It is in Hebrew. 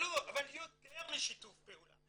יותר משיתוף פעולה.